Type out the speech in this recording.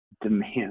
demand